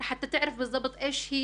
זה דבר שכולנו יודעים, דבר שמשרד